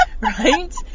Right